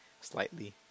slightly